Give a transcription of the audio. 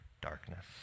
darkness